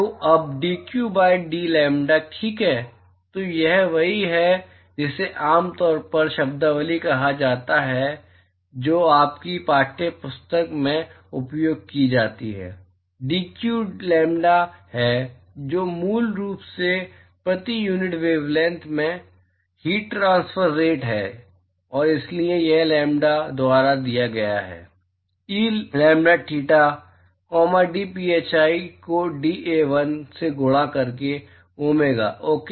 तो अब dq by dlambda ठीक है तो यह वही है जिसे आम तौर पर शब्दावली कहा जाता है जो आपकी पाठ्य पुस्तक में उपयोग की जाती है dq लैम्ब्डा है जो मूल रूप से प्रति यूनिट वेवलैंथ में हीट ट्रांसफर रेट है और इसलिए यह I लैम्ब्डा द्वारा दिया गया है e lambda theta comma dphi को dA1 से गुणा करके डोमेगा ओके